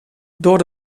door